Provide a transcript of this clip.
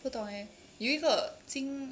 不懂 leh 有一个今